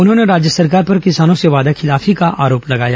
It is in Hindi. उन्होंने राज्य सरकार पर किसानों से वादाखिलाफी का आरोप लगाया